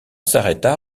s’arrêta